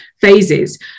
phases